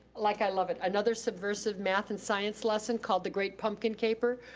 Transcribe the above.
like i love it, another subversive math and science lesson called the great pumpkin caper,